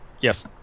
Yes